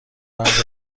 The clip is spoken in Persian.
رمز